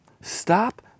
Stop